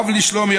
אב לשלומי,